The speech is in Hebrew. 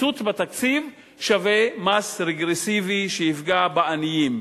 קיצוץ בתקציב שווה מס רגרסיבי שיפגע בעניים.